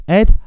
ed